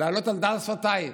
לעלות על דל שפתיי.